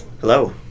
hello